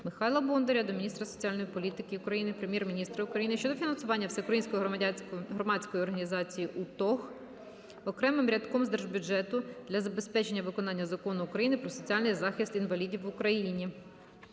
Михайла Бондаря до міністра соціальної політики України, Прем'єр-міністра України щодо фінансування Всеукраїнської громадської організації "УТОГ" окремим рядком з держбюджету для забезпечення виконання Закону України "Про соціальний захист інвалідів в Україні".